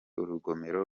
urugomero